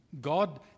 God